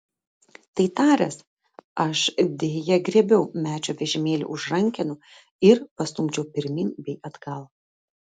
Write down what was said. tai taręs aš deja griebiau mečio vežimėlį už rankenų ir pastumdžiau pirmyn bei atgal